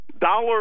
Dollar